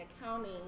accounting